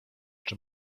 czy